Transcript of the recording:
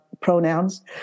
pronouns